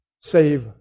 Save